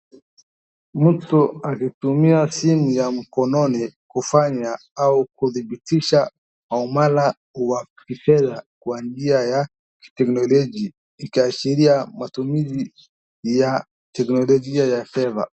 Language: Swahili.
Mtu akitumia simu ya mkononi kufanya au kudhibitisha aumala wa kifedha kwa njia ya kiteknolojia ikiashiria matumizi ya teknolojia ya fedha.